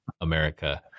america